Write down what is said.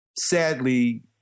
sadly